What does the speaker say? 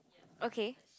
okay